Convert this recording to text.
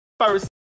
first